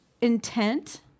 intent